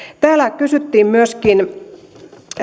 täällä kysyttiin myöskin